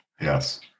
Yes